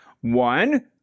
one